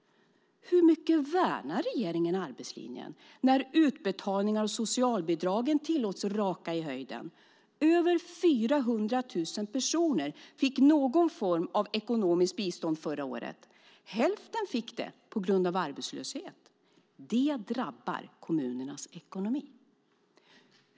Hur mycket värnar regeringen arbetslinjen när utbetalningar av socialbidragen tillåts raka i höjden? Över 400 000 personer fick någon form av ekonomiskt bistånd förra året. Hälften fick det på grund av arbetslöshet. Det drabbar kommunernas ekonomi.